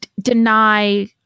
deny